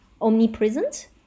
omnipresent